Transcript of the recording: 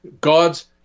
God's